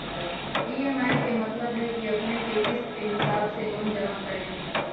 EMI के मतलब है कि अपने के किस्त के हिसाब से लोन जमा करे के होतेई?